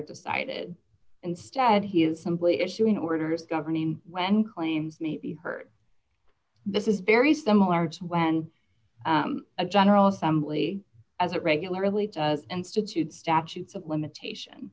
decided instead he is simply issuing orders governing when claims may be heard this is very similar to when a general assembly as it regularly does institute statutes of limitation